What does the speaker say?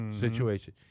situation